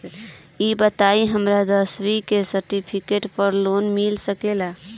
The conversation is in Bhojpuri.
ई बताई हमरा दसवीं के सेर्टफिकेट पर लोन मिल सकेला?